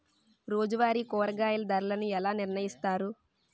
రోజువారి కూరగాయల ధరలను ఎలా నిర్ణయిస్తారు?